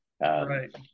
Right